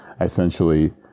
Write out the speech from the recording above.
essentially